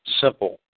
simple